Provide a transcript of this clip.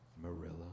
Marilla